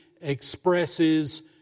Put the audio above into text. expresses